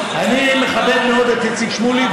אני מכבד מאוד את איציק שמולי,